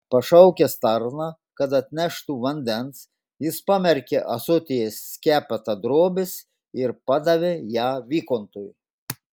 pašaukęs tarną kad atneštų vandens jis pamerkė ąsotyje skepetą drobės ir padavė ją vikontui